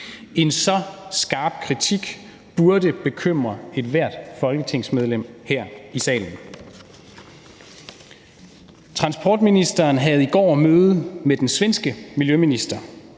En så skarp kritik burde bekymre ethvert folketingsmedlem her i salen. Transportministeren havde i går møde med den svenske miljøminister,